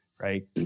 Right